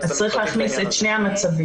אז צריך להכניס את שני המצבים.